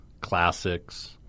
classics